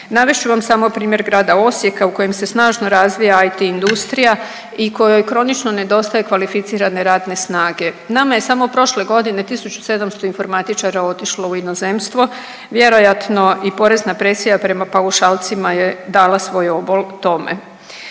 Navest ću vam samo primjer grada Osijeka u kojem se snažno razvija IT industrija i kojoj kronično nedostaje kvalificirane radne snage. Nama je samo prošle godine 1700 informatičara otišlo u inozemstvo, vjerojatno i porezna presija prema paušalcima je dala svoj obol tome.